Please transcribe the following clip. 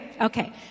Okay